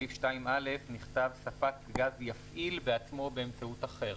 בסעיף 2א נכתב: "ספק גז יפעיל בעצמו באמצעות אחר".